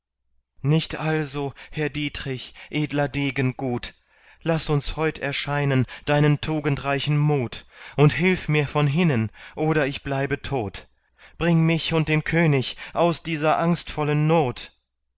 nicht also herr dietrich edler degen gut laß uns heut erscheinen deinen tugendreichen mut und hilf mir von hinnen oder ich bleibe tot bring mich und den könig aus dieser angstvollen not